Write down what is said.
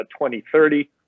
2030